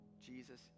Jesus